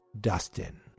Dustin